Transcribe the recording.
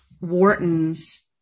Wharton's